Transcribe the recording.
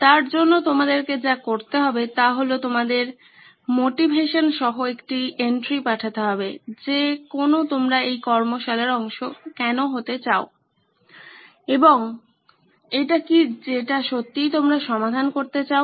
তার জন্য তোমাদেরকে যা করতে হবে তা হলো তোমাদের প্রেরণা সহ একটি লেখনী পাঠাতে হবে যে কেনো তোমরা এই কর্মশালার অংশ হতে চাও এবং এটা কি যেটা সত্যিই তোমরা সমাধান করতে চাও